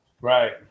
Right